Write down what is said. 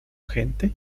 gente